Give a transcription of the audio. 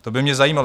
To by mě zajímalo.